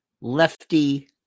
lefty